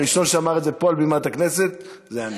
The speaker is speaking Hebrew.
הראשון שאמר את זה פה על בימת הכנסת זה אני.